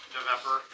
November